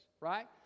right